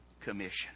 commission